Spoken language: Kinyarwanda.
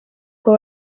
kuba